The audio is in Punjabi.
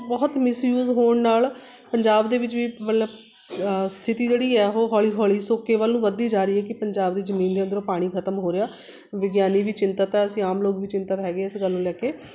ਬਹੁਤ ਮਿਸਯੂਸ ਹੋਣ ਨਾਲ ਪੰਜਾਬ ਦੇ ਵਿੱਚ ਵੀ ਮਤਲਬ ਸਥਿਤੀ ਜਿਹੜੀ ਆ ਉਹ ਹੌਲੀ ਹੌਲੀ ਸੋਕੇ ਵੱਲ ਨੂੰ ਵੱਧਦੀ ਜਾ ਰਹੀ ਹੈ ਕਿ ਪੰਜਾਬ ਦੀ ਜਮੀਨ ਦੇ ਅੰਦਰੋਂ ਪਾਣੀ ਖਤਮ ਹੋ ਰਿਹਾ ਵਿਗਿਆਨੀ ਵੀ ਚਿੰਤਤ ਅਸੀਂ ਆਮ ਲੋਕ ਵੀ ਚਿੰਤਤ ਹੈਗੇ ਇਸ ਗੱਲ ਨੂੰ ਲੈ ਕੇ